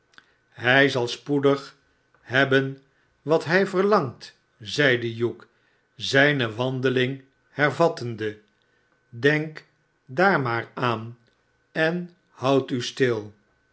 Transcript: hij zalspoedig hebben wat hij verlangt zeide hugh zijne wandeling hervattende denk daar maar aan en houd u stil